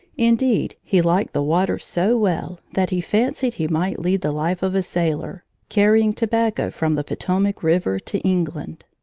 indeed, he liked the water so well, that he fancied he might lead the life of a sailor, carrying tobacco from the potomac river to england.